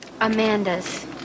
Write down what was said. Amanda's